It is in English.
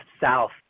south